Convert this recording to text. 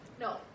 No